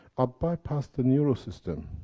i bypass the neural system.